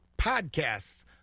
podcasts